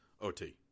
OT